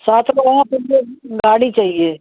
सात लोग हैं गाड़ी चाहिए